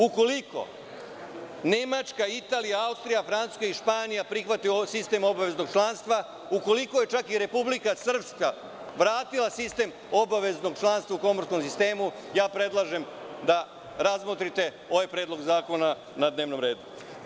Ukoliko Nemačka, Italija, Austrija, Francuska i Španija prihvate sistem obaveznog članstva, ukoliko je čak i Republika Srpska vratila sistem obaveznog članstva u komorskom sistemu, predlažem da razmotrite ovaj predlog zakona na dnevnom redu.